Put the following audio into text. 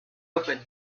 open